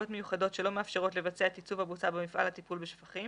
בוצה מפעיל של מפעל טיפול בשפכים